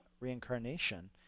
reincarnation